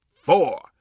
four